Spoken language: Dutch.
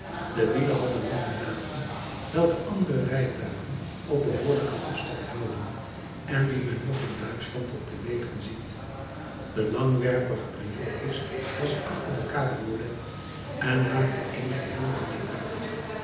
de wielen hadden lange naven welke andere rijtuigen op behoorlijken afstand houden en die men nog in duitschland op de wegen ziet de langwerpige brievenkist was achter de cabriolet en maakte er een geheel mee uit